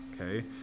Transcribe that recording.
okay